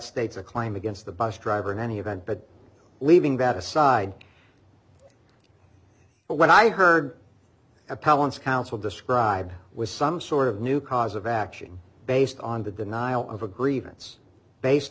states a claim against the bus driver in any event but leaving that aside when i heard appellants counsel described was some sort of new cause of action based on the denial of a grievance based